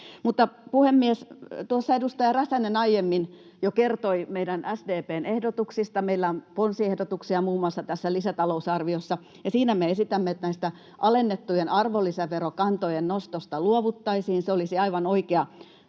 Puhemies! Tuossa edustaja Räsänen aiemmin jo kertoi meidän SDP:n ehdotuksista. Meillä on ponsiehdotuksia muun muassa tässä lisätalousarviossa, ja me esitämme, että alennettujen arvonlisäverokantojen nostosta luovuttaisiin — se olisi aivan oikea